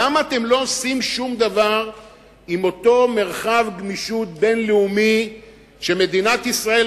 למה אתם לא עושים שום דבר עם אותו מרחב גמישות בין-לאומי שמדינת ישראל,